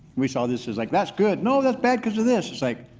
we saw this as like, that's good. no that's bad cause of this. it's like,